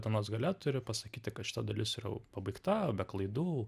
dienos gale turi pasakyti kad šita dalis yra jau pabaigta be klaidų